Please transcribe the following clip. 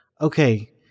Okay